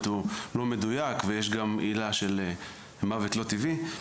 הוא לא מדויק ויש גם עילה של מוות לא טבעי.